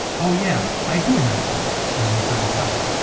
oh yeah, i do remember that. and then you put it aside.